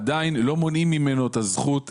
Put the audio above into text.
עדיין לא מונעים ממנו את הזכות,